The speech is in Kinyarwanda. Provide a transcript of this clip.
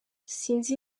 sinzi